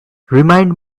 remind